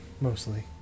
mostly